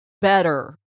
better